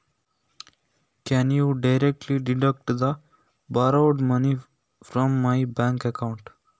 ನಾನು ಸಾಲ ತೆಗೆದುಕೊಂಡ ಹಣವನ್ನು ನೀವು ಡೈರೆಕ್ಟಾಗಿ ನನ್ನ ಬ್ಯಾಂಕ್ ಅಕೌಂಟ್ ಇಂದ ಕಟ್ ಮಾಡ್ತೀರಾ?